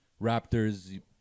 Raptors